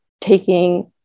taking